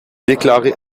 déclarée